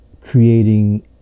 creating